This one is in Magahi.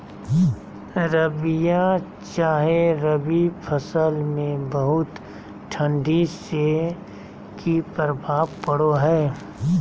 रबिया चाहे रवि फसल में बहुत ठंडी से की प्रभाव पड़ो है?